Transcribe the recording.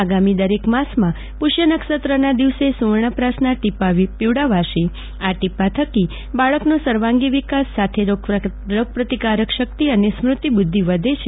આગામી દરેક માસમાં પુષ્યનક્ષત્રના દિવસે સુવર્ણપ્રાશના ટીપા પીવડાવાશે જે ટીપા થકી બાળકોનો સર્વાંગી વિકાસ સાથે રોગપ્રતિકારક શક્તિ અને સ્મૂતી બ્રધ્ધી વધે છે